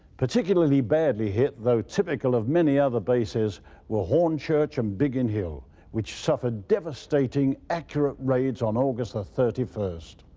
particularly the badly hit though typical of many other bases were hornchurch and biggin hill which suffered devastating accurate raids on august the thirty first.